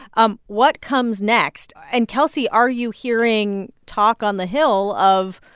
um what comes next? and, kelsey, are you hearing talk on the hill of,